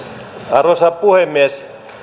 arvoisa puhemies